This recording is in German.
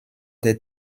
der